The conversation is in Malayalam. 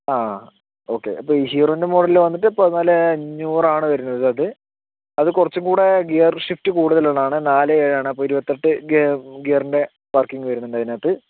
ആ ഓക്കെ അപ്പൊൾ ഈ ഹീറോൻ്റെ മോഡല് വന്നിട്ട് പതിന്നാലെ അഞ്ഞൂറാണ് വരുന്നത് അത് അത് കുറച്ചുംകൂടെ ഗിയർ ഷിഫ്റ്റ് കൂടുതൽ ഉള്ളതാണ് നാല് ഏഴാണ് അപ്പൊൾ ഇരുപത്തെട്ട് ഗിയ ഗിയറിൻ്റെ വർക്കിംഗ് വരുന്നുണ്ട് അതിനകത്ത്